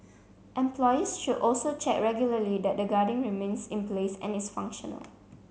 employers should also check regularly that the guarding remains in place and is functional